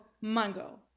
mango